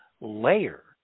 layer